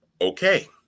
okay